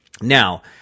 Now